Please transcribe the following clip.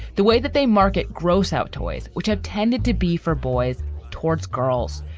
the way that they market gross-out toys, which have tended to be for boys towards girls.